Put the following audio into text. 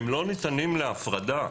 הם אינם ניתנים להפרדה.